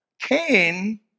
Cain